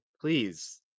please